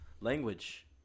Language